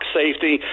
safety